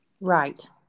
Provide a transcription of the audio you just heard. Right